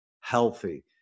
healthy